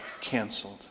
canceled